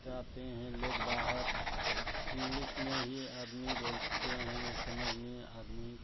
जाते हैं लोग बाहर इंग्लिस में ही आदमी बोलते हैं और समझ में आदमी